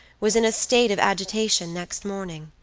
was in a state of agitation next morning.